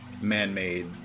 man-made